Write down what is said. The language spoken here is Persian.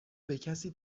بکسی